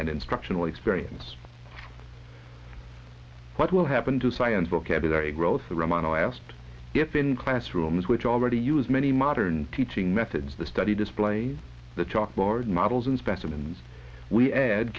and instructional experience what will happen to science vocabulary growth the role model asked if in classrooms which already use many modern teaching methods the study displays the chalkboard models and specimens we add